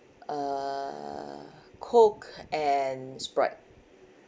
uh coke and sprite